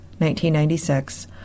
1996